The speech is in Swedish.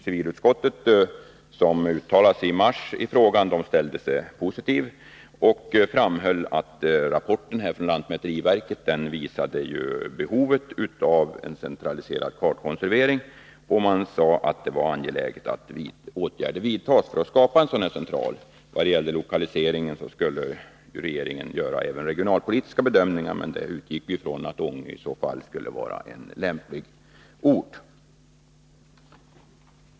Civilutskottet, som i mars uttalade sig i frågan, ställde sig positivt och framhöll att lantmäteriverkets rapport visade att det finns ett behov av en centraliserad kartkonservering. Utskottet skrev att det är angeläget att åtgärder vidtas för att skapa en sådan här central. I fråga om lokaliseringen skulle regeringen göra regionalpolitiska bedömningar, varvid vi utgick ifrån att Ånge skulle vara en lämplig ort.